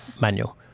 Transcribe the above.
manual